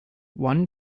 one